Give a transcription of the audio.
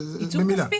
במילה.